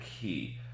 key